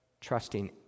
Trusting